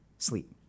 Sleep